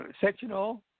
sectional